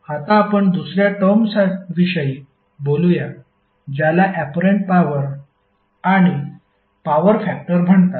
आता आपण दुसर्या टर्मविषयी बोलूया ज्याला ऍपरंट पॉवर आणि पॉवर फॅक्टर म्हणतात